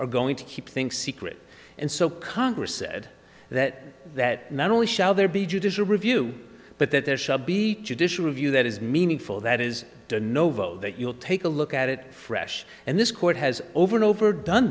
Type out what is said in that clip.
are going to keep things secret and so congress said that that not only shall there be judicial review but that there should be judicial review that is meaningful that is a no vote that you'll take a look at it fresh and this court has over and over done